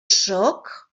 sóc